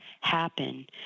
happen